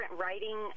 writing